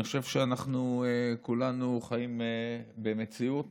אני חושב שאנחנו כולנו חיים במציאות